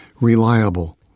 Reliable